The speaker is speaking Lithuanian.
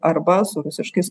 arba su rusiškais